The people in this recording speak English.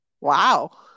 Wow